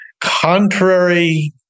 contrary